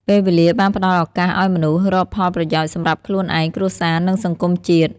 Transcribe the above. ពេលវេលាបានផ្តល់ឱកាសអោយមនុស្សរកផលប្រយោជន៍សំរាប់ខ្លួនឯង គ្រួសារនិងសង្គមជាតិ។